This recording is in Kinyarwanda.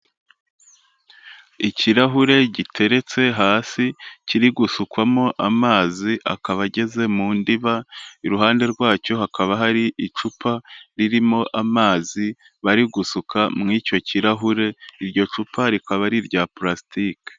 Ikirahure giteretse hasi kiri gusukwamo amazi akaba ageze mu ndiba, iruhande rwacyo hakaba hari icupa ririmo amazi bari gusuka mu icyo kirahure, iryo cupa rikaba ari irya purasitiki.